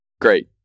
Great